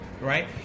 right